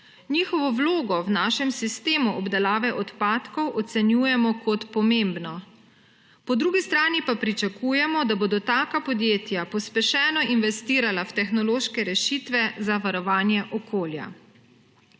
Njihovo vlogo v našem sistemu obdelave odpadkov ocenjujemo kot pomembno. Po drugi strani pa pričakujemo, da bodo taka podjetja pospešeno investirala v tehnološke rešitve za varovanje okolja.